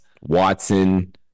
Watson